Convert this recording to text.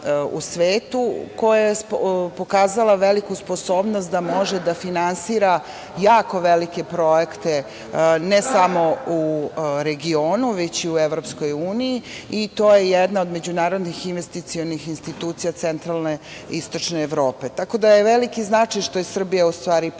u svetu, koja je pokazala veliku sposobnost da može da finansira jako velike projekte, ne samo u regionu već i u Evropskoj uniji. To je jedna od međunarodnih investicionih institucija centralne i istočne Evrope. Tako da je veliki značaj što je Srbija postala članica